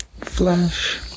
Flash